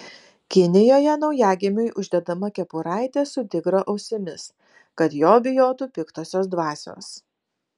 kinijoje naujagimiui uždedama kepuraitė su tigro ausimis kad jo bijotų piktosios dvasios